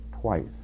twice